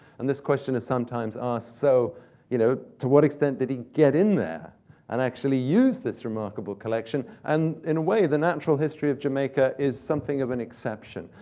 and this question is sometimes asked, so you know to what extent did he get in there and actually use this remarkable collection? and in a way, the natural history of jamaica is something of an exception.